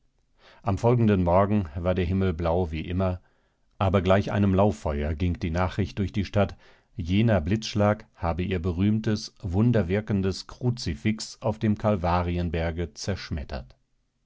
am folgenden morgen war der himmel blau wie immer aber gleich einem lauffeuer ging die nachricht durch die stadt jener blitzschlag habe ihr berühmtes wunderwirkendes kruzifix auf dem kalvarienberge zerschmettert